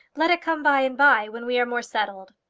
let it come by-and-by, when we are more settled.